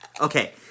Okay